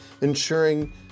ensuring